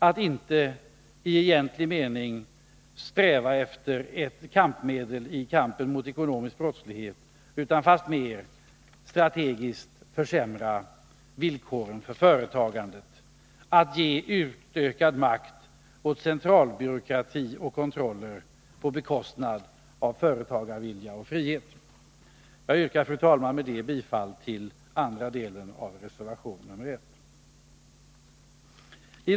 De strävar i egentlig mening inte efter ett kampmedeli kampen mot den ekonomiska brottsligheten, utan fastmer efter att strategiskt försämra villkoren för företagandet. De vill ge större makt åt centralbyråkrati och utöka antalet kontroller, på bekostnad av företagarvilja och frihet. Jag yrkar, fru talman, med detta bifall till andra delen av reservation nr 1.